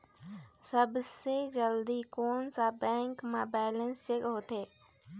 सबसे जल्दी कोन सा बैंक म बैलेंस चेक होथे?